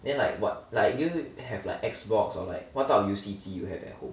then like what like do you have like Xbox or like what type of 游戏机 you have at home